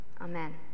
Amen